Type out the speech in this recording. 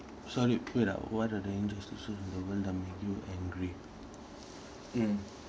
sorry wait ah what are the injustices in the world that make you angry mm